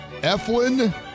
Eflin